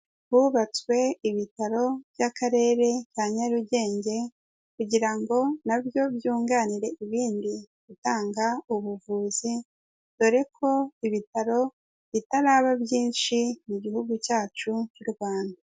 Hubatswe ibitaro by'Akarere ka Nyarugenge kugira ngo nabyo byunganire ibindi gutanga ubuvuzi, dore ko ibitaro bitaraba byinshi mu Gihugu cyacu cy'u Rwanda.